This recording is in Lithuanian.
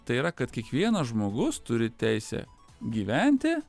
tai yra kad kiekvienas žmogus turi teisę gyventi